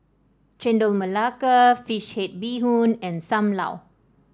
Chendol Melaka fish head Bee Hoon and Sam Lau